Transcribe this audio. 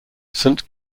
saint